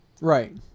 Right